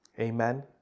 Amen